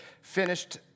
finished